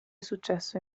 successo